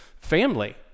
family